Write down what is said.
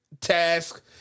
task